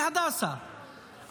בהדסה,